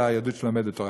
אלא היהדות שלומדת תורה.